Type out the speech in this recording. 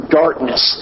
darkness